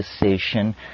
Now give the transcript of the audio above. decision